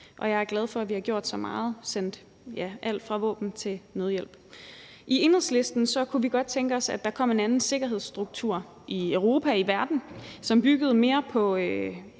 og jeg er glad for, at vi har gjort så meget, ja, sendt alt fra våben til nødhjælp. I Enhedslisten kunne vi godt tænke os, at der kom en anden sikkerhedsstruktur i Europa og i verden, som byggede mere på